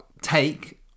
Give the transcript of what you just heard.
take